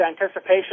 anticipation